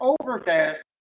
Overcast